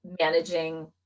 managing